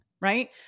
right